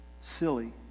silly